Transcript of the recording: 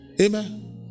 Amen